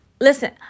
Listen